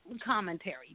commentary